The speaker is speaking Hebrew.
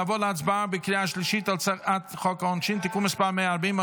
נעבור להצבעה בקריאה השלישית על הצעת חוק העונשין (תיקון מס' 140,